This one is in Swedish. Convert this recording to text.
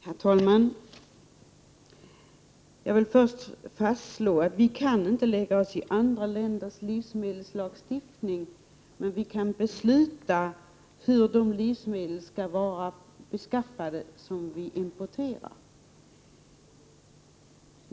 Herr talman! Jag vill först slå fast att vi inte kan lägga oss i andra länders livsmedelslagstiftning. Vi kan dock besluta hur de livsmedel som vi importerar skall vara beskaffade.